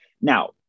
Now